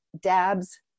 Dabs